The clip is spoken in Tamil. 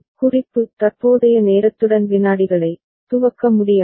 குறிப்பு தற்போதைய நேரத்துடன் விநாடிகளை துவக்க முடியாது